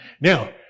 Now